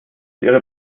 ihrer